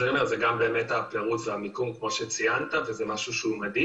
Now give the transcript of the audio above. אז כמו שציינת, זה משהו שהוא מדאיג.